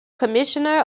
commissioner